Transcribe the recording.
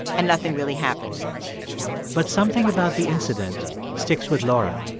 and nothing really happened but something about the incident sticks with laura.